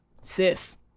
Sis